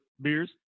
beers